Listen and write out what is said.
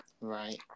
Right